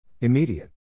Immediate